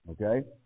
Okay